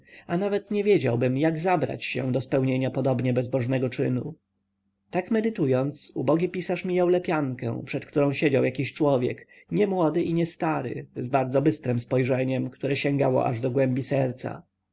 a nawet nie wiedziałbym jak zabrać się do spełnienia podobnie bezbożnego czynu tak medytując ubogi pisarz mijał lepiankę przed którą siedział jakiś człowiek nie młody i nie stary z bardzo bystrem spojrzeniem które sięgało aż do głębi serca